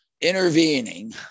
intervening